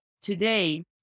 today